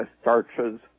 starches